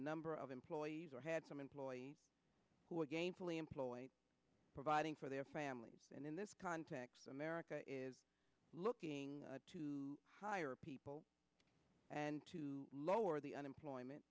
number of employees or had some employees who are gainfully employed providing for their family and in this context america is looking to hire people and to lower the unemployment